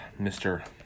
Mr